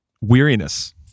weariness